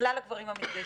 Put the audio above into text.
לכלל הגברים המתגייסים,